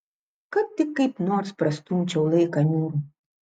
kad tik kaip nors prastumčiau laiką niūrų